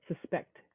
suspect